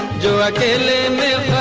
i can't live